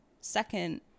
second